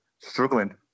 struggling